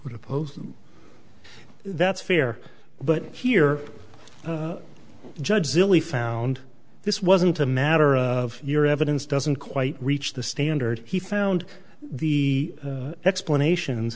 oppose that's fair but here judge zilly found this wasn't a matter of your evidence doesn't quite reach the standard he found the explanations